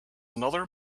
another